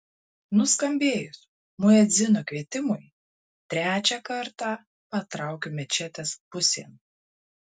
nuskambėjus muedzino kvietimui trečią kartą patraukiu mečetės pusėn